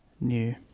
new